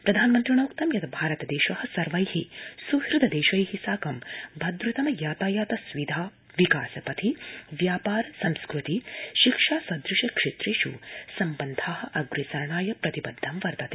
प्रधानमन्त्रिणोक्तं यत् भारतदेश सर्वै स्हृद् देशै साकं भद्रतम यातायात सुविधा विकास पथि व्यापार संस्कृति शिक्षा सदृश क्षेत्रेष् सम्बन्धा अग्रे सरणाय प्रतिबद्धं वर्तते